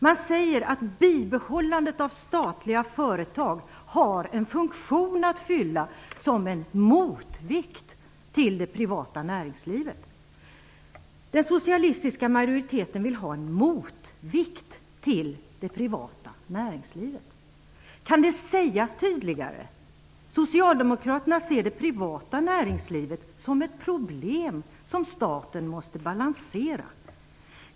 Man säger att bibehållandet av statliga företag har "en funktion att fylla som en motvikt till det privata näringslivet". Den socialistiska majoriteten vill ha en motvikt till det privata näringslivet! Kan det sägas tydligare? Socialdemokraterna ser det privata näringslivet som ett problem som staten måste balansera.